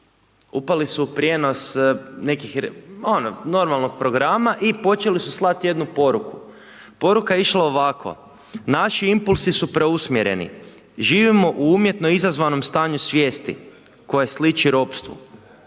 upali su u prijenos nekih, ono, normalnog programa i počeli su slat jednu poruku. Poruka je išla ovako: „Naši impulsi su preusmjereni. Živimo u umjetno izazvanom stanju svijesti, koje sliči ropstvu.“